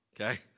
okay